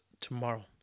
tomorrow